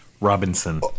Robinson